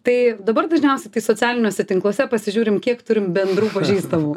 tai dabar dažniausiai tai socialiniuose tinkluose pasižiūrim kiek turim bendrų pažįstamų